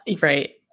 Right